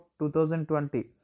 2020